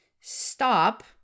stop